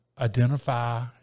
identify